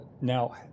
now